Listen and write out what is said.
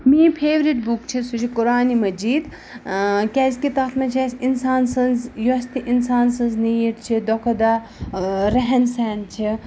میٛٲنۍ favourite book چھِ سُہ چھِ قُرآنِ مجیٖد کیٛازِکہِ تَتھ منٛز چھِ اَسہِ اِنسان سٕنٛز یۄس تہِ اِنسان سٕنٛز نیٖڈ چھِ دۄہ کھۄ دۄہ رہن سہن چھِ